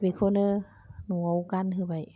बेखौनो न'आव गानहोबाय